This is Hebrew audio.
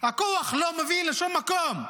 הכוח לא מוביל לשום מקום.